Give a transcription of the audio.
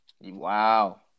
Wow